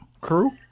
Crew